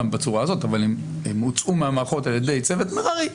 בצורה הזאת אבל הם הוצאו מהמערכות על ידי צוות מררי,